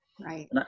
Right